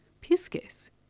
Piscis